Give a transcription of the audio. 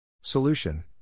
Solution